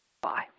Bye